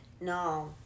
no